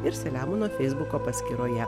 ir selemono feisbuko paskyroje